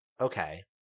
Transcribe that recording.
okay